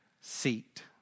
seat